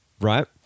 right